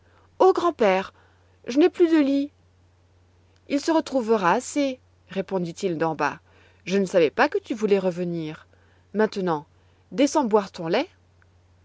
oh grand-père je n'ai plus de lit il se retrouvera assez répondit-il d'en bas je ne savais pas que tu voulais revenir maintenant descends boire ton lait